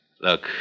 Look